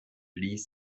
ließ